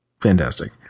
fantastic